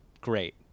great